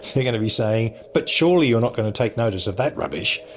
they're going to be saying, but surely you're not going to take notice of that rubbish?